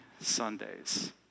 Sundays